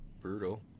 brutal